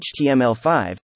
HTML5